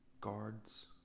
guards